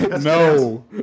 No